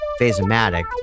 Phasomatic